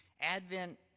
Advent